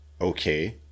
Okay